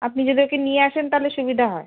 আপনি যদি ওকে নিয়ে আসেন তাহলে সুবিধা হয়